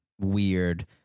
weird